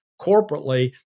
corporately